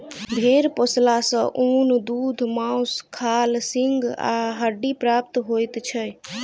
भेंड़ पोसला सॅ ऊन, दूध, मौंस, खाल, सींग आ हड्डी प्राप्त होइत छै